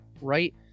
right